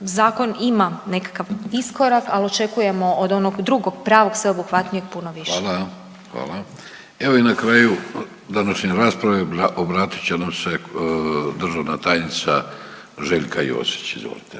Zakon ima nekakav iskorak, al očekujemo od onog drugog pravog sveobuhvatnijeg puno više. **Vidović, Davorko (Nezavisni)** Hvala, hvala. Evo i na kraju današnje rasprave obratit će nam se državna tajnica Željka Josić, izvolite.